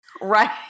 Right